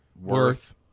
Worth